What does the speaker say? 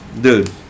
Dude